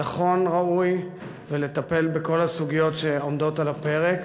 לשמור על ביטחון ראוי ולטפל בכל הסוגיות שעומדות על הפרק.